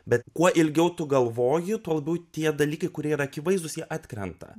bet kuo ilgiau tu galvoji tuo labiau tie dalykai kurie yra akivaizdūs jie atkrenta